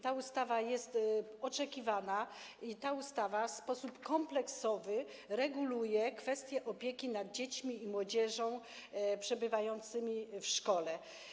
Ta ustawa jest oczekiwana i w sposób kompleksowy reguluje kwestię opieki nad dziećmi i młodzieżą przebywającymi w szkole.